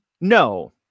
No